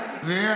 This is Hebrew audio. הנייה.